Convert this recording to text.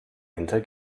hinter